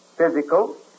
Physical